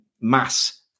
mass